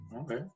okay